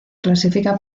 clasifica